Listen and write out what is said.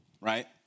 right